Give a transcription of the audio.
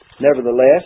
nevertheless